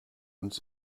uns